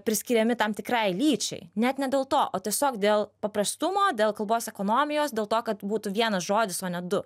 priskiriami tam tikrai lyčiai net ne dėl to o tiesiog dėl paprastumo dėl kalbos ekonomijos dėl to kad būtų vienas žodis o ne du